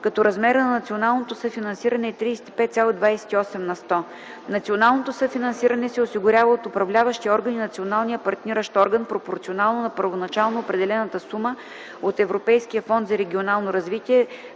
като размерът на националното съфинансиране е 35,28 на сто. Националното съфинансиране се осигурява от управляващия орган и националния партниращ орган пропорционално на първоначално определената сума от Европейския фонд за регионално развитие